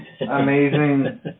amazing